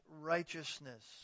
righteousness